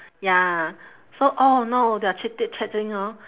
ya so all along they are chit~ chit-chatting orh